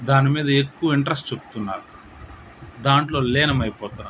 దాని మీద ఎక్కువ ఇంట్రెస్ట్ చూప్తున్నారు దాంట్లో లీనమైపోతున్నారు